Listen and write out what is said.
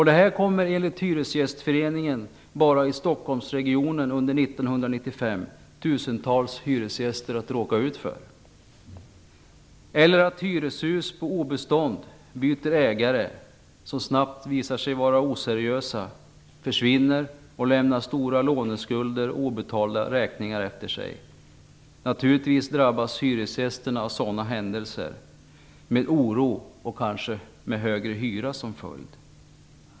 Det här kommer enligt Hyresgästföreningen bara i Stockholmsregionen under 1995 tusentals hyresgäster att råka ut för. Det händer också att hyreshus på obestånd byter ägare till sådana som snabbt visar sig vara oseriösa, försvinner och lämnar stora låneskulder och obetalda räkningar efter sig. Naturligtvis drabbas hyresgästerna av sådana händelser, med oro och kanske med högre hyra som följd.